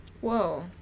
Whoa